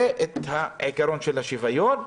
את עקרון השוויון,